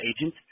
agent